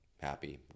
Happy